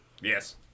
Yes